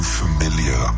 familiar